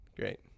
Great